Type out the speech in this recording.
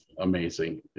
amazing